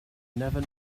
never